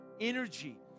energy